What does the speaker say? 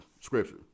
Scripture